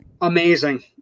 amazing